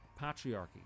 patriarchy